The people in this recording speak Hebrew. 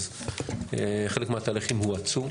חלק מהתהליכים הואצו.